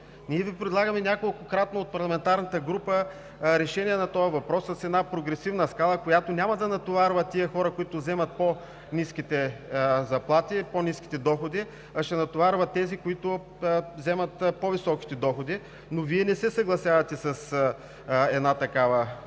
Ви предлагаме неколкократно решения на този въпрос с една прогресивна скала, която няма да натоварва хората, които взимат по-ниски заплати, с по-ниските доходи, а ще натоварва тези, които взимат по-високите доходи, но Вие не се съгласявате с една такава